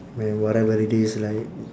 man whatever it is like